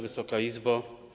Wysoka Izbo!